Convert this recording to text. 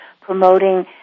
promoting